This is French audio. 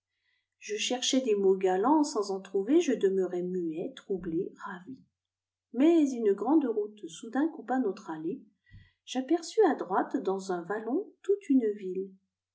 je cherchais des mots galants sans en trouver je demeurais muet troublé ravi mais une grand'route soudain coupa notre allée j'aperçus à droite dans un vallon toute une ville